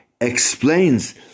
explains